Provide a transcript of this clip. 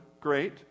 great